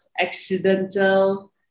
accidental